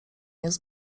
jest